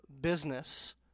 business